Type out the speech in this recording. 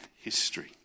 History